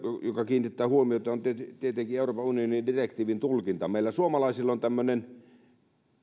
joka kiinnittää huomiota on tietenkin euroopan unionin direktiivin tulkinta meillä suomalaisilla on tämmöinen